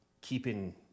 keeping